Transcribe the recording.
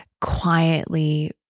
quietly